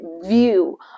view